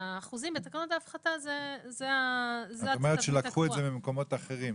את אומרת שלקחו את זה ממקומות אחרים.